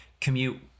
commute